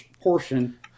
portion